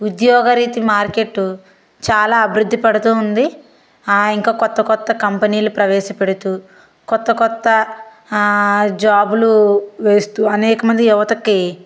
ఉద్యోగరీతి market చాలా అభివృద్ధి పడుతూ ఉంది ఇంకా కొత్త కొత్త కంపెనీలు ప్రవేశ పెడుతూ కొత్త కొత్త జాబ్లు వేస్తూ అనేకమంది యువతకి